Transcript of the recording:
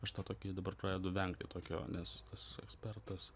aš tą tokį dabar pradedu vengti tokio nes tas ekspertas